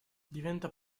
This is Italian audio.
diventa